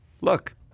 Look